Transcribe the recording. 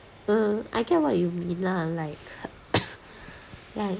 mm I get what you mean lah like like